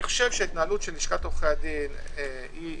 ההתנהלות של לשכת עורכי הדין היא לגיטימית,